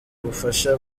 ubufasha